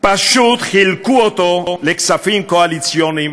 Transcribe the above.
פשוט חילקו אותו לכספים קואליציוניים.